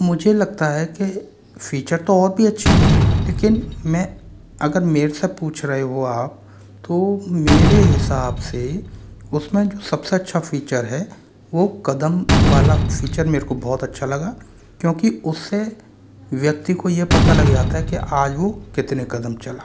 मुझे लगता है के फीचर तो बहुत ही अच्छे हैं लेकिन मैं अगर मेरे से पूछ रहे हो आप तो मेरे हिसाब से उसमें जो सबसे अच्छा फीचर है वो कदम वाला फीचर मेरे को बहुत अच्छा लगा क्योंकि उससे व्यक्ति को यह पता लग जाता है कि आज वो कितने कदम चला